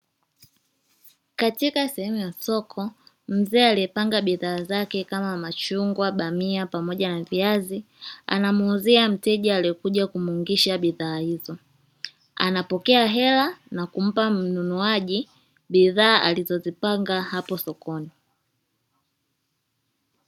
Katoka sehemu ya soko, mzee aliyepanga bidhaa zake kama machungwa, bamia pamoja na viazi anamuuzia mteja aliyekuja kumuungisha bidhaa hizo, anapokea hela na kumpa mnunuaji bidhaa alizozipanga hapo sokoni.